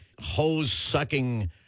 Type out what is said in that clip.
hose-sucking